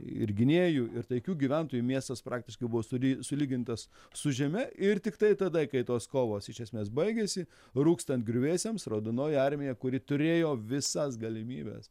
ir gynėjų ir taikių gyventojų miestas praktiškai buvo suri sulygintas su žeme ir tiktai tada kai tos kovos iš esmės baigėsi rūkstant griuvėsiams raudonoji armija kuri turėjo visas galimybes